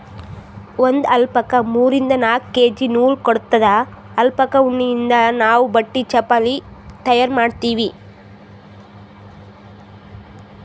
ಒಂದ್ ಅಲ್ಪಕಾ ಮೂರಿಂದ್ ನಾಕ್ ಕೆ.ಜಿ ನೂಲ್ ಕೊಡತ್ತದ್ ಅಲ್ಪಕಾ ಉಣ್ಣಿಯಿಂದ್ ನಾವ್ ಬಟ್ಟಿ ಚಪಲಿ ತಯಾರ್ ಮಾಡ್ತೀವಿ